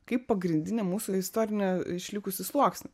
kaip pagrindinį mūsų istorinį išlikusį sluoksnį